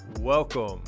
Welcome